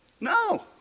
No